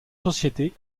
société